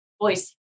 voice